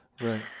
Right